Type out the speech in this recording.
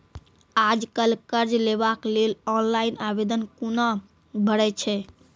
आज कल कर्ज लेवाक लेल ऑनलाइन आवेदन कूना भरै छै?